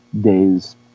days